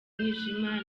umwijima